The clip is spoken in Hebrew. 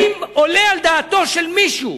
האם עולה על דעתו של מישהו,